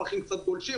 פחים קצת פולשים,